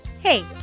Hey